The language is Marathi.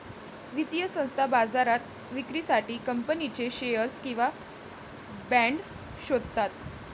वित्तीय संस्था बाजारात विक्रीसाठी कंपनीचे शेअर्स किंवा बाँड शोधतात